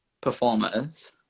performers